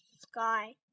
sky